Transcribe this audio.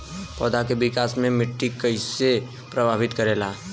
पौधा के विकास मे मिट्टी कइसे प्रभावित करेला?